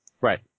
Right